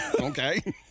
Okay